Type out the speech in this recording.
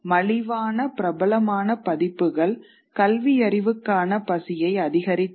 மலிவான பிரபலமான பதிப்புகள் கல்வியறிவுக்கான பசியை அதிகரித்தன